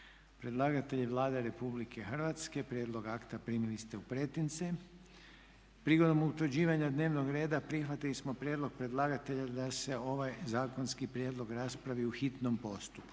Predlagatelj je Vlada Republike Hrvatske. Prijedlog akta primili ste u pretince. Prigodom utvrđivanja dnevnog reda prihvatili smo prijedlog predlagatelja da se ovaj zakonski prijedlog raspravi u hitnom postupku.